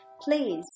Please